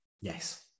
Yes